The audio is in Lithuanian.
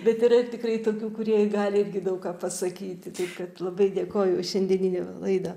bet yra ir tikrai tokių kurie gali irgi daug ką pasakyti taip kad labai dėkoju už šiandieninę laidą